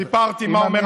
סיפרתי מה אומר החוק.